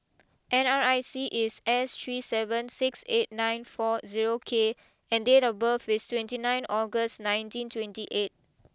N R I C is S three seven six eight nine four zero K and date of birth is twenty nine August nineteen twenty eight